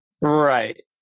Right